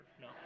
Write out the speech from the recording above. No